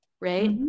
right